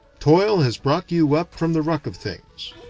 toil has brought you up from the ruck of things.